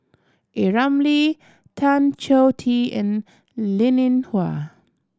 A Ramli Tan Choh Tee and Linn In Hua